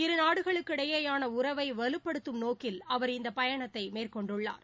இரு நாடுகளுக்கிடையேயான உறவை வலுபடுத்தும் நோக்கில் அவர் இந்த பயணத்தை மேற்கொண்டுள்ளார்